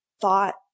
thought